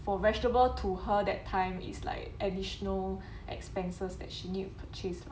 for vegetable to her that time is like additional expenses that she need to purchase